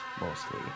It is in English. mostly